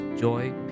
joy